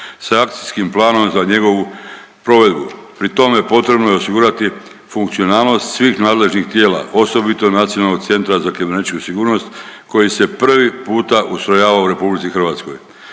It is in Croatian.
sa akcijskim planom za njegovu provedbu. Pri tome, potrebno je osigurati funkcionalnost svih nadležnih tijela, osobito Nacionalnog centra za kibernetičku sigurnost koji se prvi puta ustrojava u RH. Ovim putem